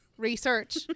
research